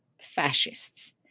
fascists